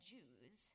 Jews